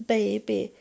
baby